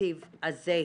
התקציב הזה.